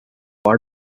what